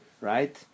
right